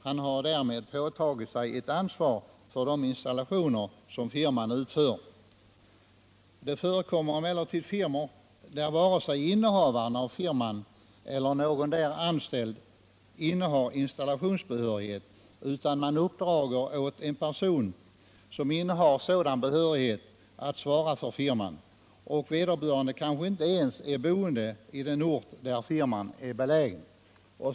Han har därmed påtagit sig ett ansvar för de installationer som firman utför. Det förekommer emellertid firmor där varken innehavaren eller någon - Nr 40 av de anställda har installationsbehörighet. Man uppdrar i stället åt en Tisdagen den person som innehar sådan behörighet att svara för firman, och veder 6 december 1977 börande kanske inte ens är boende på den ort där firman är belägen.